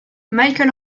michael